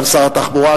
גם שר התחבורה,